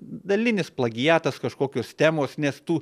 dalinis plagiatas kažkokios temos nes tų